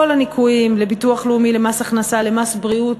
כל הניכויים לביטוח לאומי, למס הכנסה, למס בריאות,